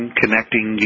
connecting